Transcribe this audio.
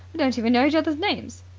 don't even know each other's names.